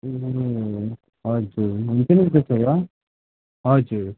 ए हजुर हुन्छ नि त्यसो भए ल हजुर